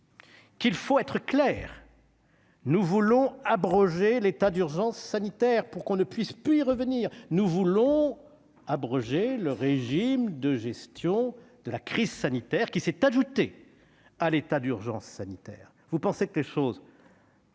qu'il faut être clair ! Nous voulons abroger l'état d'urgence sanitaire pour que l'on ne puisse plus y revenir. Nous voulons abroger le régime de gestion de la crise sanitaire, qui s'est ajouté à l'état d'urgence sanitaire. Vous pensez que les choses